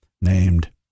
named